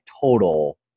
total